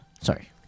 sorry